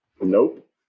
Nope